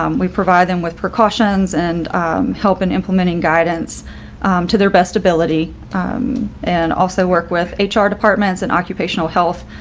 um we provide them with precautions and help in implementing guidance to their best ability and also work with a hr departments and occupational health,